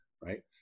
right